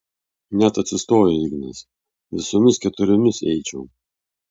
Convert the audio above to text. net atsistojo ignas visomis keturiomis eičiau